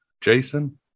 Jason